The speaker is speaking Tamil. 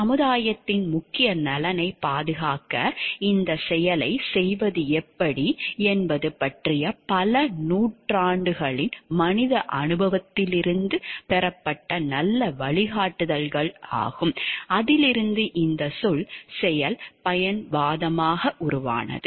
சமுதாயத்தின் முக்கிய நலனைப் பாதுகாக்க இந்தச் செயலைச் செய்வது எப்படி என்பது பற்றிய பல நூற்றாண்டுகளின் மனித அனுபவத்திலிருந்து பெறப்பட்ட நல்ல வழிகாட்டுதல்கள் ஆகும் அதிலிருந்து இந்த சொல் செயல் பயன்வாதமாக உருவானது